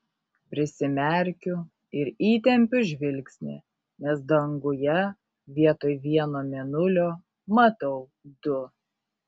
prisimerkiu ir įtempiu žvilgsnį nes danguje vietoj vieno mėnulio matau du